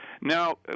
Now